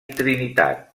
trinitat